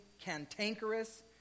cantankerous